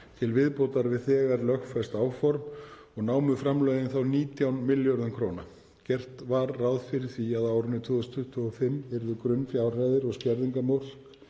til viðbótar við þegar lögfest áform og námu framlögin þá 19 milljörðum kr. Gert var ráð fyrir því að á árinu 2025 yrðu grunnfjárhæðir og skerðingarmörk